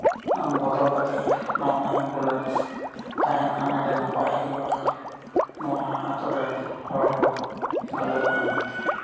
ᱵᱚᱫᱚᱞ ᱠᱟᱛᱮ ᱱᱟᱣᱟᱱᱟᱜ ᱮᱢᱵᱩᱞᱮᱱᱥ ᱫᱚ ᱛᱟᱦᱮᱱ ᱠᱷᱟᱡ ᱟᱹᱰᱤ ᱱᱟᱯᱟᱭ ᱦᱩᱭᱩᱜᱼᱟ ᱱᱚᱣᱟ ᱟᱛᱳ ᱨᱮᱱ ᱦᱚᱲ ᱠᱚ ᱵᱷᱟᱞᱮ ᱦᱩᱭᱩᱜᱼᱟ ᱢᱮᱱᱛᱮ